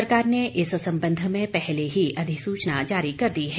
सरकार ने इस संबंध मे पहले ही अधिसूचना जारी कर दी है